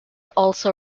also